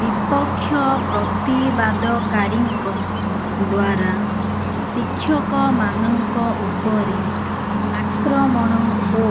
ବିପକ୍ଷ ପ୍ରତିବାଦକାରୀଙ୍କ ଦ୍ୱାରା ଶିକ୍ଷକମାନଙ୍କ ଉପରେ ଆକ୍ରମଣ ଓ